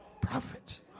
prophets